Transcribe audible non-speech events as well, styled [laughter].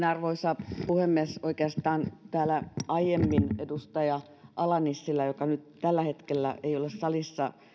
[unintelligible] arvoisa puhemies niin oikeastaan täällä aiemmin edustaja ala nissilä joka nyt tällä hetkellä ei ole salissa